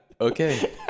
Okay